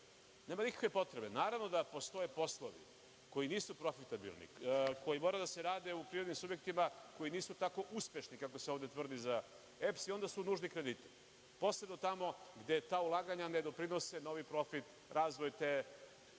Nema nikakve potrebe. Naravno da postoje poslovi koji nisu profitabilni, koji moraju da se rade u privrednim subjektima koji nisu tako uspešni kako se ovde tvrdi za EPS i onda su nužni krediti. Posebno tamo gde ta ulaganja nedoprinose novim profitom, razvojem